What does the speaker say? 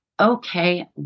okay